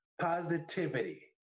positivity